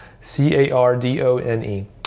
C-A-R-D-O-N-E